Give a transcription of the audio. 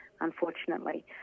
unfortunately